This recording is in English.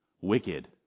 Wicked